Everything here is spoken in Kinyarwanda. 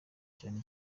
cyane